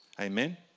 Amen